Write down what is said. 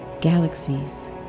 galaxies